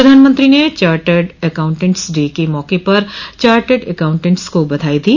प्रधानमंत्री ने chartered accountants day के मौके पर चार्टर्ड एकाउंटेंट्स को बधाई दी